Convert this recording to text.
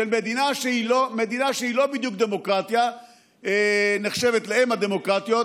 של מדינה שהיא לא בדיוק דמוקרטיה אלא נחשבת לאם הדמוקרטיות,